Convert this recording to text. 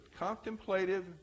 contemplative